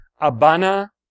Abana